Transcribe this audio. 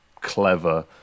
clever